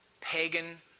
pagan